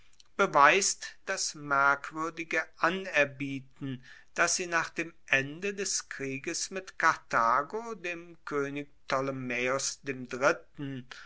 beweist das merkwuerdige anerbieten das sie nach dem ende des krieges mit karthago dem koenig ptolemaeos